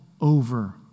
over